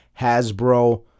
Hasbro